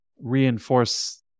reinforce